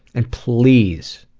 and please,